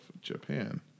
Japan